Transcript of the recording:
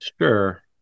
Sure